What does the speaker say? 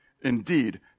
indeed